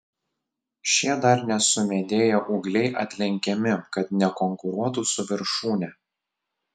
šie dar nesumedėję ūgliai atlenkiami kad nekonkuruotų su viršūne